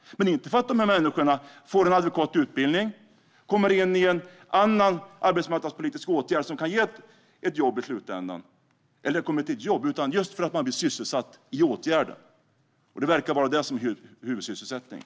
Men det är inte för att dessa människor får adekvat utbildning, kommer in i en annan arbetsmarknadspolitisk åtgärd som i slutändan kan ge ett jobb, utan det är just för att människor blir sysselsatta i åtgärder. Det verkar vara det som är huvudsysselsättningen.